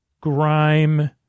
grime